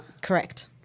Correct